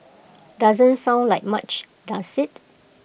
doesn't sound like much does IT